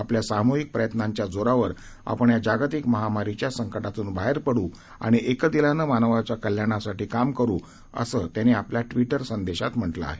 आपल्या सामूहिक प्रयत्नांच्या जोरावर आपण या जागतिक महामारीच्या संकटातून बाहेर पड् आणि एकदिलानं मानवाच्या कल्याणासाठी काम करू असं त्यांनी आपल्या ट्विटर संदेशात म्हटलं आहे